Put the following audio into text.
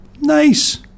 Nice